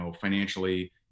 financially